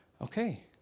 Okay